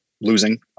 losing